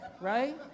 right